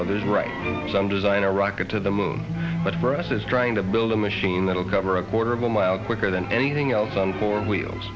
right some design a rocket to the moon but for us is trying to build a machine that will cover a quarter of a mile quicker than anything else on four wheels